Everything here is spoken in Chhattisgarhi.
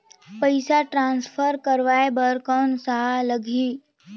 पइसा ट्रांसफर करवाय बर कौन का लगही?